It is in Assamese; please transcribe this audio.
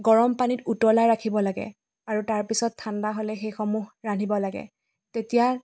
গৰম পানীত উতলাই ৰাখিব লাগে আৰু তাৰপিছত ঠাণ্ডা হ'লে সেইসমূহ ৰান্ধিব লাগে তেতিয়া